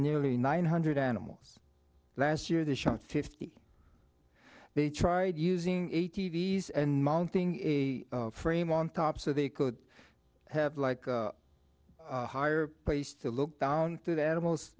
nearly nine hundred animals last year the shark fifty they tried using a t v s and mounting a frame on top so they could have like a higher place to look down to the animals